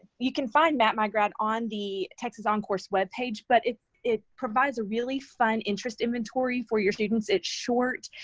you can find map my grad on the texas oncourse web page, but it it provides a really fun interest inventory for your students. it's short,